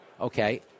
Okay